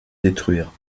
détruire